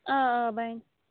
آ آ بنہِ